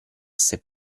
assai